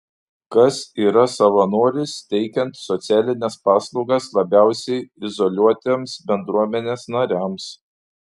kas yra savanoris teikiant socialines paslaugas labiausiai izoliuotiems bendruomenės nariams